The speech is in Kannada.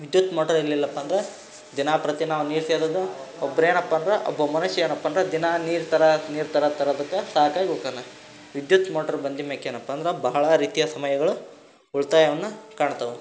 ವಿದ್ಯುತ್ ಮೋಟರ್ ಇರಲಿಲ್ಲಪ್ಪ ಅಂದ್ರೆ ದಿನಂಪ್ರತಿ ನಾವು ನೀರು ಸೇದೋದು ಒಬ್ರು ಏನಪ್ಪ ಅಂದ್ರೆ ಒಬ್ಬ ಮನುಷ್ಯ ಏನಪ್ಪ ಅಂದ್ರೆ ದಿನಾ ನೀರು ತರಾಕೆ ನೀರು ತರ ತರದಕ್ಕೆ ಸಾಕಾಗ್ ಹೋಕನ ವಿದ್ಯುತ್ ಮೋಟ್ರ್ ಬಂದಿದ್ದು ಮ್ಯಾಕೆ ಏನಪ್ಪ ಅಂದ್ರೆ ಬಹಳ ರೀತಿಯ ಸಮಯಗಳು ಉಳಿತಾಯವನ್ನು ಕಾಣ್ತವೆ